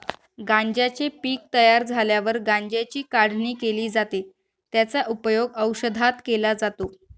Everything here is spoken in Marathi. गांज्याचे पीक तयार झाल्यावर गांज्याची काढणी केली जाते, त्याचा उपयोग औषधात केला जातो